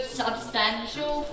substantial